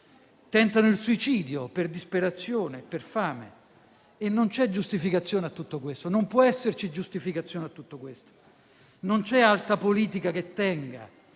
tentano il suicidio per disperazione e per fame. Non c'è giustificazione a tutto questo, non può esserci giustificazione a tutto questo. Non c'è alta politica che tenga,